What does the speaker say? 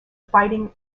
fighting